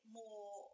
more